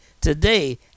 today